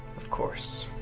of course.